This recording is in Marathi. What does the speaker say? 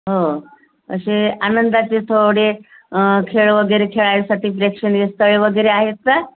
हो असे आनंदाचे थोडे खेळ वगैरे खेळायसाठी प्रेक्षणीय स्थळे वगैरे आहेत का